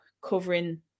covering